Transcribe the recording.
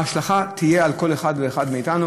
ההשלכה תהיה על כל אחד ואחד מאיתנו,